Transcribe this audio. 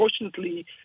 unfortunately